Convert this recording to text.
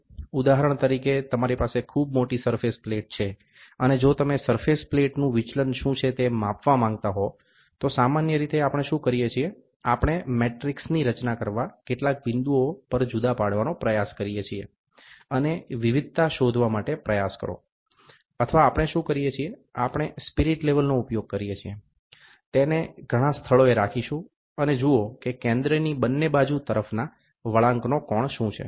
ઉદાહરણ તરીકે તમારી પાસે ખૂબ મોટી સરફેસ પ્લેટ છે અને જો તમે સરફેસ પ્લેટનું વિચલન શું છે તે માપવા માંગતા હો તો સામાન્ય રીતે આપણે શું કરીએ છીએ આપણે મેટ્રીક્સની રચના કરવા કેટલાક બિંદુઓ પર જુદા પાડવાનો પ્રયાસ કરીએ છીએ અને વિવિધતા શોધવા માટે પ્રયાસ કરો અથવા આપણે શું કરીએ છીએ આપણે સ્પીરીટ લેવલનો ઉપયોગ કરીએ છીએ તેને ઘણા સ્થળોએ રાખીશું અને જુઓ કે કેન્દ્રથી બંને બાજુ તરફના વળાંકનો કોણ શું છે